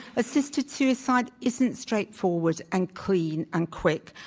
assisted suicide isn't straightforward and clean and quick.